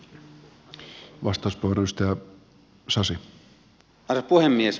arvoisa puhemies